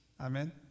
Amen